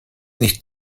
nicht